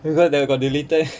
later they got deleted